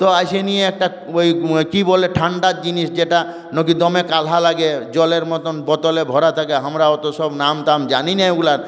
তো আছে না একটা ওই ওই কী বলে ঠান্ডা জিনিস যেটা নকি কালো লাগে জলের মতন বোতলে ভরা থাকে আমরা অতসব নাম টাম জানি না ওগুলোর